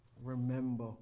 remember